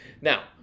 Now